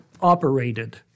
operated